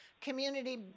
community